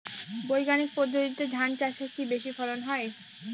বৈজ্ঞানিক পদ্ধতিতে ধান চাষে কি বেশী ফলন হয়?